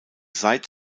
seit